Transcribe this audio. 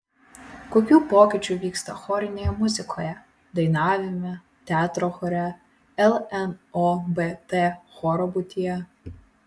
kokių pokyčių vyksta chorinėje muzikoje dainavime teatro chore lnobt choro būtyje